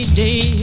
day